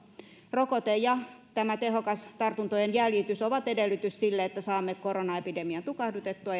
rokote ja tämä tehokas tartuntojen jäljitys ovat edellytys sille että saamme koronaepidemian tukahdutettua